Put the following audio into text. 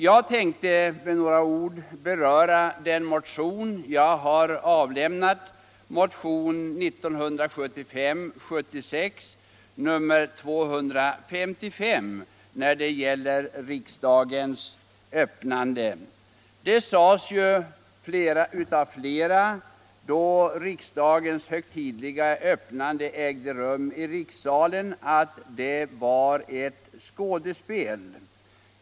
Jag tänkte med några ord beröra min motion, 1975/76:255, om riksmötets öppnande. Då riksdagens högtidliga öppnande ägde rum i rikssalen sade många att det var ett skådespel.